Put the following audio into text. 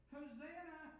Hosanna